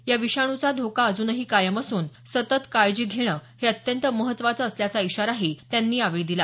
या विषाणुचा धोका अजूनही कायम असून सतत काळजी घेणं हे अत्यंत महत्त्वाचं असल्याचा इशाराही त्यांनी यावेळी दिला